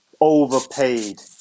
overpaid